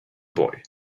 boy